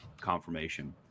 confirmation